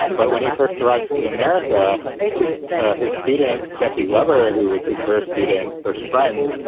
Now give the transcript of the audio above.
um but when he first arrived in america is ah his student, jesse glover, and who was his first student, first friends